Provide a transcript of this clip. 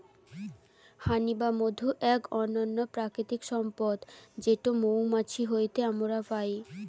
হানি বা মধু এক অনন্য প্রাকৃতিক সম্পদ যেটো মৌমাছি হইতে আমরা পাই